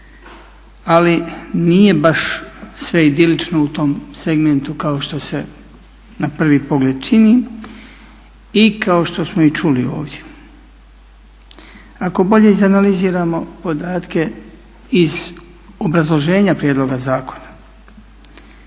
ali nije baš sve idilično u tom segmentu kao što se na prvi pogled čini i kao što smo i čuli ovdje. Ako bolje izanaliziramo podatke iz obrazloženja prijedloga zakona